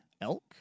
elk